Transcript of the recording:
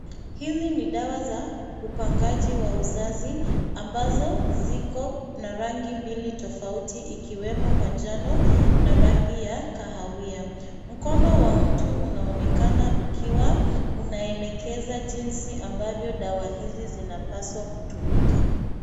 Hizi ni dawa za upangaji wa uzazi ambazo ziko na rangi mbili tofauti ikiwemo majano na rangi ya kahawia. Mkono wa mtu unaonekana ukiwa unaelekeza jinsi ambavyo dawa hizi zinapaswa kutumika.